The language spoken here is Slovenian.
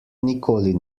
nikoli